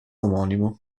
omonimo